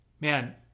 Man